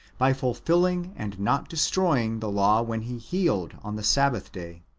by fulfilling and not destroying the law when he healed on the sabbath-day.